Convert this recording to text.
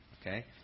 Okay